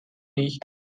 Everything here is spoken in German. nicht